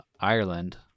Ireland